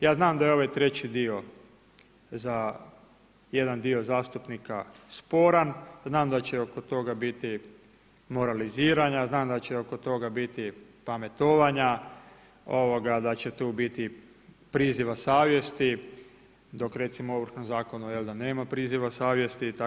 Ja znam da je ovaj treći dio za jedan dio zastupnika sporan, znam da će oko toga biti moraliziranja, znam da će oko toga biti pametovanja, da će tu biti priziva savjesti, dok recimo u Ovršnom zakonu jel da nema priziva savjesti itd.